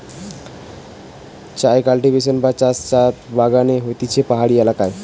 চায় কাল্টিভেশন বা চাষ চা বাগানে হতিছে পাহাড়ি এলাকায়